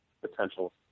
potential